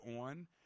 on